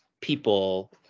people